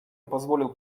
позволил